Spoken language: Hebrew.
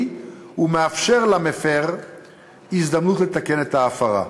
ומאפשר למפר הזדמנות לתקן את ההפרה.